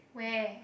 where